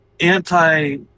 anti